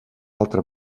altra